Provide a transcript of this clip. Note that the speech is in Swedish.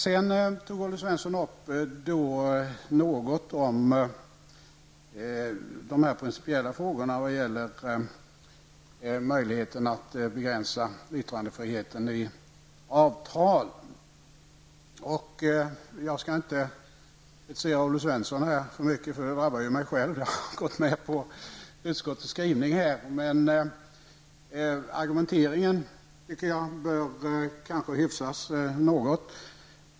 Sedan tog Olle Svensson upp något om de här principiella frågorna som gäller möjligheten att begränsa yttrandefriheten i avtal. Jag skall inte kritisera Olle Svensson här, eftersom mycket av det drabbar mig själv, jag har ju gått med på utskottets skrivning här. Jag tycker dock att argumenteringen bör hyfsas något.